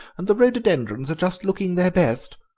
and the rhododendrons are just looking their best.